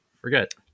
forget